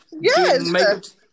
Yes